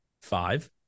five